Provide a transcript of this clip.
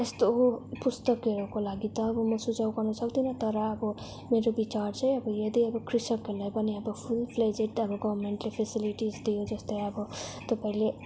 यस्तो पुस्तकहरूको लागि त म सुझाउ गर्नु सक्दिनँ तर अब मेरो विचार चाहिँ अब यदि अब कृषकहरूलाई पनि फुलफ्लेडजेड अब गभर्नमेन्टले फेसेलिटिज दियो जस्तै अब तपाईँले